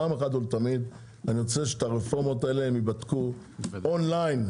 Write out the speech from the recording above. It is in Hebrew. פעם אחת ולתמיד אני רוצה שהרפורמות האלה ייבדקו און ליין,